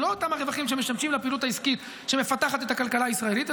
לא אותם הרווחים שמשמשים לפעילות העסקית שמפתחת את הכלכלה הישראלית,